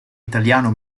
italiano